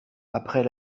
après